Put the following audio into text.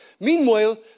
Meanwhile